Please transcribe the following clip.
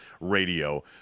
radio